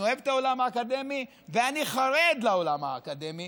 אני אוהב את העולם האקדמי ואני חרד לעולם האקדמי,